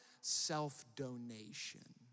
self-donation